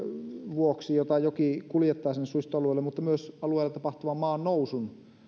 vuoksi jota joki kuljettaa sinne suistoalueille mutta myös alueilla tapahtuvan maan nousun